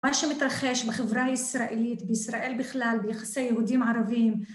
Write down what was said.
מה שמתרחש בחברה הישראלית, בישראל בכלל, ביחסי יהודים ערבים